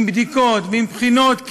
עם בדיקות ועם בחינות,